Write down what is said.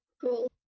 Cool